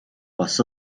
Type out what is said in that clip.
бас